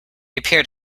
appeared